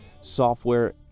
software